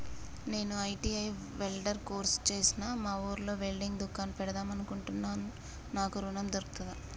నేను ITI welder course చేశ్న మా ఊర్లో వెల్డింగ్ దుకాన్ పెడదాం అనుకుంటున్నా నాకు ఋణం దొర్కుతదా?